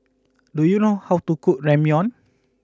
do you know how to cook Ramyeon